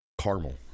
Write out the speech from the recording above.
caramel